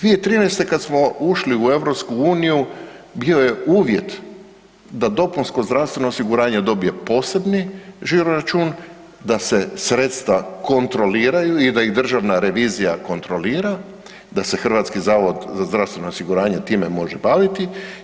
2013. kad smo ušli u EU bio je uvjet da dopunsko zdravstveno osiguranje dobije posebni žiro račun, da se sredstva kontroliraju i da ih Državna revizija kontrolira, da se Hrvatski zavod za zdravstveno osiguranje time može baviti.